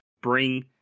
bring